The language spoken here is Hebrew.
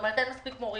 אין מספיק מורים,